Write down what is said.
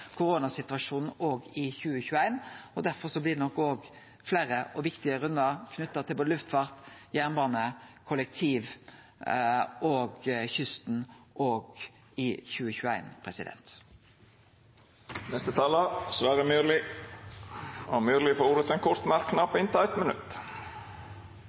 koronasituasjonen òg i 2021, derfor blir det nok fleire og viktige rundar knytte til både luftfart, jernbane, kollektiv og kysten i 2021. Representanten Sverre Myrli har hatt ordet to gonger tidlegare og får ordet til ein kort merknad,